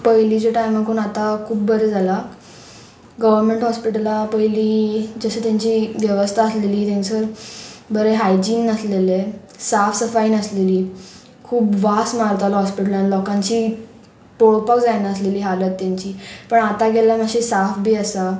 पयलींच्या टायमाकून आतां खूब बरें जालां गव्हर्मेंट हॉस्पिटलां पयलीं जशें तेंची वेवस्था आसलेली तेंसर बरें हायजीन आसलेलें साफ सफाई नासलेली खूब वास मारतालो हॉस्पिटलान लोकांची पळोवपाक जायनासलेली हालत तेंची पण आतां गेल्यार मातशी साफ बी आसा